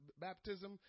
baptism